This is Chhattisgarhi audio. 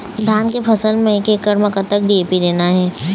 धान के फसल म एक एकड़ म कतक डी.ए.पी देना ये?